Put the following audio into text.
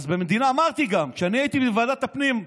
אמרתי גם, כשאני הייתי בוועדת הפנים,